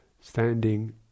standing